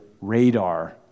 radar